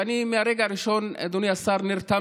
ואני מהרגע הראשון נרתמתי,